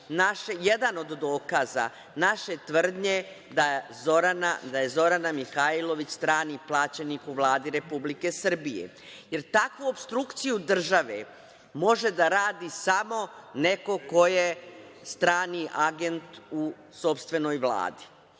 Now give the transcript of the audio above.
jedan od dokaza naše tvrdnje da je Zorana Mihajlović strani plaćenik u Vladi Republike Srbije, jer takvu opstrukciju države može da radi samo neko ko je strani agent u sopstvenoj Vladi,